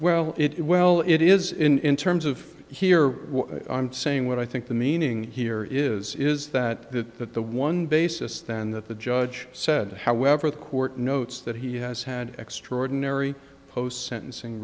well it well it is in terms of here i'm saying what i think the meaning here is is that that that the one basis than that the judge said however the court notes that he has had extraordinary post sentencing